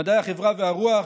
מדעי החברה והרוח,